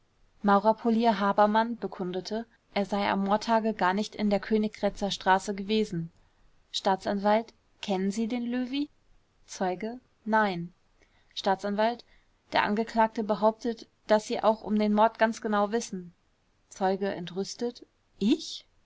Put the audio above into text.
maurerpolier habermann bekundete er sei am mordtage gar nicht in der königgrätzer straße gewesen staatsanw kennen sie den löwy zeuge nein staatsanw der angeklagte behauptet daß sie auch um den mord ganz genau wissen zeuge entrüstet ich